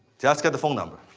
just get the phone number.